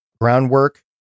groundwork